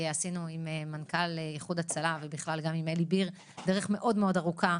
עשינו עם מנכ"ל איחוד הצלה ועם אלי ביר דרך ארוכה